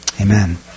amen